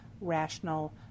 rational